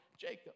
Jacob